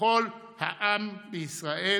ולכל העם בישראל.